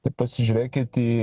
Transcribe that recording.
tik pasižiūrėkit į